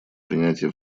принятия